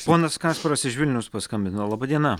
ponas kasparas iš vilniaus paskambino laba diena